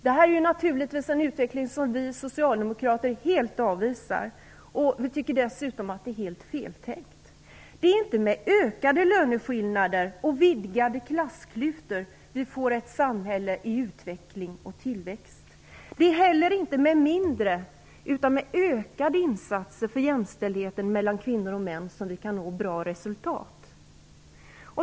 Detta är en utveckling som vi socialdemokrater helt avvisar. Vi tycker dessutom att det är helt fel tänkt. Det är inte med ökade löneskillnader och vidgade klassklyftor vi får ett samhälle i utveckling och tillväxt. Det är heller inte med minskade utan med ökade insatser för jämställdheten mellan kvinnor och män som vi kan nå bra resultat.